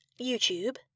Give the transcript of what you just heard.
YouTube